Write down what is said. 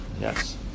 Yes